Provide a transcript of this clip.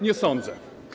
Nie sądzę.